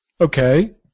Okay